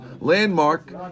landmark